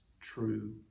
true